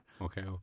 okay